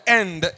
end